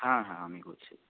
হ্যাঁ হ্যাঁ আমি বলছি